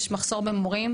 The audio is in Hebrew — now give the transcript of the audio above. יש מחסור של מורים,